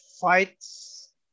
fights